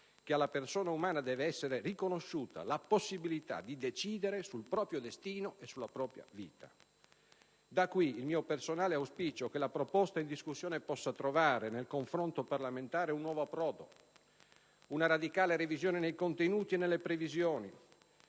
che alla persona umana deve essere riconosciuta la possibilità di decidere sul proprio destino e sulla propria vita. Da qui, il mio personale auspicio che la proposta in discussione possa trovare nel confronto parlamentare un nuovo approdo, una radicale revisione nei contenuti e nelle previsioni